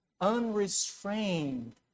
unrestrained